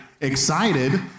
excited